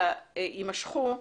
אלא יימשכו,